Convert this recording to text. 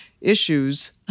issues